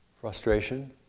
frustration